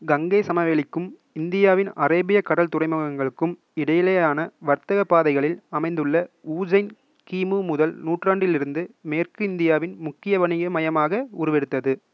கங்கைச் சமவெளிக்கும் இந்தியாவின் அரேபியக் கடல் துறைமுகங்களுக்கும் இடையிலேயான வர்த்தகப் பாதைகளில் அமைந்துள்ள ஊஜைன் கிமு முதல் நூற்றாண்டிலிருந்து மேற்கிந்தியாவின் முக்கிய வணிக மையமாக உருவெடுத்தது